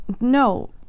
No